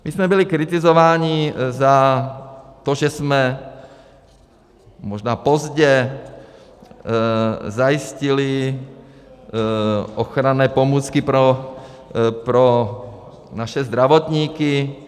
My jsme byli kritizováni za to, že jsme možná pozdě zajistili ochranné pomůcky pro naše zdravotníky.